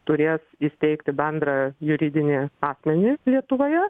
turės įsteigti bendrą juridinį asmenį lietuvoje